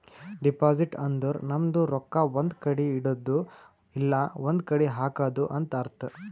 deposit ಅಂದುರ್ ನಮ್ದು ರೊಕ್ಕಾ ಒಂದ್ ಕಡಿ ಇಡದ್ದು ಇಲ್ಲಾ ಒಂದ್ ಕಡಿ ಹಾಕದು ಅಂತ್ ಅರ್ಥ